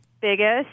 biggest